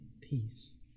peace